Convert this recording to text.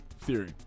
theory